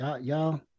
y'all